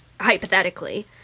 hypothetically